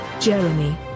Jeremy